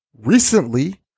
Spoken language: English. Recently